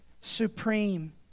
supreme